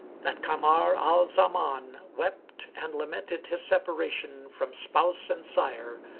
that kamar al zaman wept and lamented his separation from spouse and sire,